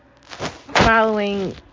Following